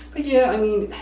yeah, i mean,